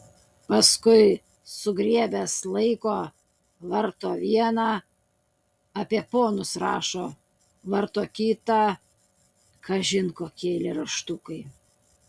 paskui sugriebęs laiko varto vieną apie ponus rašo varto kitą kažin kokie eilėraštukai